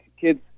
Kids